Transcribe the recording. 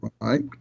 right